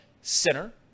Center